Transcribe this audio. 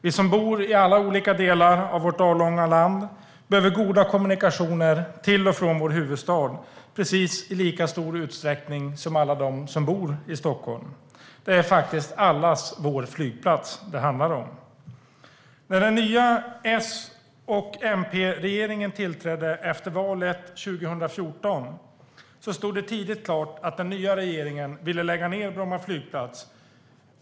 Vi som bor i olika delar av vårt avlånga land behöver goda kommunikationer till och från vår huvudstad i precis lika stor utsträckning som alla de som bor i Stockholm. Det är faktiskt allas vår flygplats det handlar om. När den nya S och MP-regeringen tillträdde efter valet 2014 stod det tidigt klart att den nya regeringen ville lägga ned Bromma flygplats.